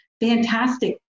fantastic